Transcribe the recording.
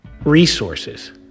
resources